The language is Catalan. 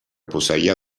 posseïa